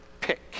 pick